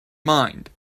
mind